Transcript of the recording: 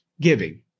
giving